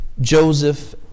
Joseph